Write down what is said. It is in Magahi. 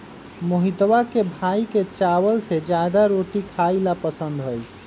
मोहितवा के भाई के चावल से ज्यादा रोटी खाई ला पसंद हई